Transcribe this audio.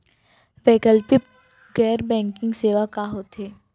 वैकल्पिक गैर बैंकिंग सेवा का होथे?